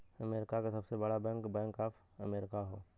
America क सबसे बड़ा बैंक बैंक ऑफ अमेरिका हौ